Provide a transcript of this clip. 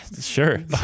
Sure